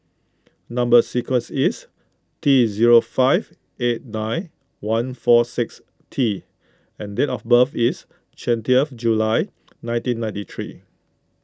Number Sequence is T zero five eight nine one four six T and date of birth is twentieth June nineteen ninety three